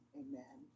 amen